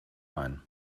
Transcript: ein